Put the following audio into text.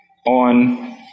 On